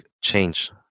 change